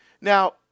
Now